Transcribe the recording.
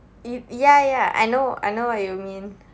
ya ya I know I know what you mean